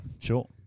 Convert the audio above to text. sure